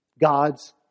God's